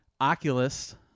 Oculus